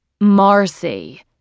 Marcy